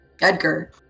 Edgar